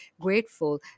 grateful